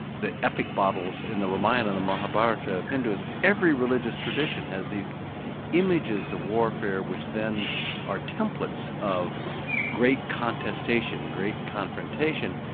the epic battles in the ramayana, the mahabharata of hinduism. every religious tradition has these images of warfare which then are templates of great contestation, great confrontation,